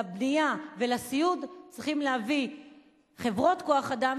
לבנייה ולסיעוד צריכות להביא חברות כוח-אדם,